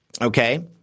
okay